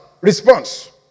response